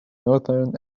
northern